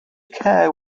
care